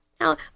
Now